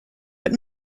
but